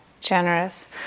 generous